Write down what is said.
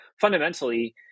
fundamentally